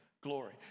glory